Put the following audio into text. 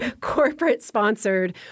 corporate-sponsored